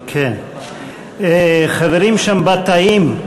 חברים שם בתאים.